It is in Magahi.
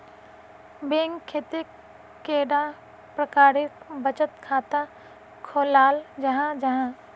बैंक कतेक कैडा प्रकारेर बचत खाता खोलाल जाहा जाहा?